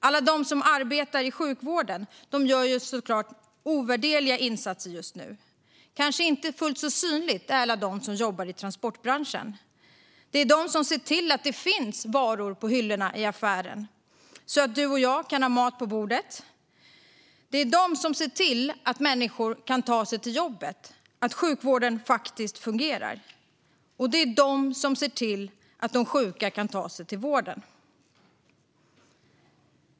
Alla som arbetar i sjukvården gör såklart ovärderliga insatser just nu. De som jobbar i transportbranschen är kanske inte fullt så synliga, men det är de som ser till att det finns varor på hyllorna i affären, så att du och jag kan ha mat på bordet. Det är de som ser till att människor kan ta sig till jobbet, så att sjukvården faktiskt fungerar. Och det är de som ser till att de sjuka kan ta sig till vården.